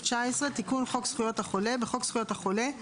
"תיקון חוק זכויות 19. בחוק זכויות החולה,